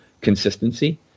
consistency